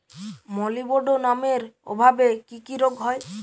মলিবডোনামের অভাবে কি কি রোগ হয়?